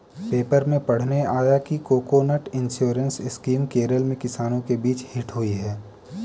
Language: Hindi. पेपर में पढ़ने आया कि कोकोनट इंश्योरेंस स्कीम केरल में किसानों के बीच हिट हुई है